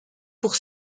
pour